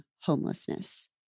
homelessness